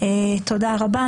תודה רבה.